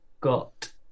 got